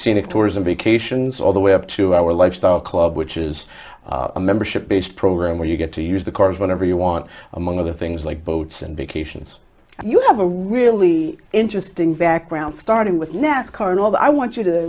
scenic tours and vacations all the way up to our lifestyle club which is a membership based program where you get to use the cars whenever you want among other things like boats and bikie sions and you have a really interesting background starting with nascar and although i want you to